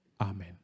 amen